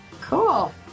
cool